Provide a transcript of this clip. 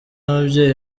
ababyeyi